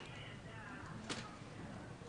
אני רוצה להצטרף לברכות ותודה על ההזדמנות.